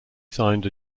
signed